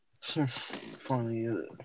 Funny